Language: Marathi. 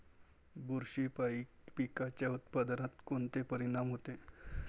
बुरशीपायी पिकाच्या उत्पादनात कोनचे परीनाम होते?